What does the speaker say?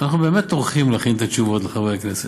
אנחנו באמת טורחים להכין את התשובות לחברי הכנסת,